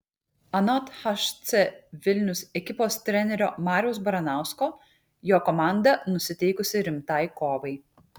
anot hc vilnius ekipos trenerio mariaus baranausko jo komanda nusiteikusi rimtai kovai